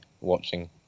watching